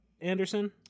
Anderson